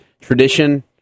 tradition